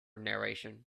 narration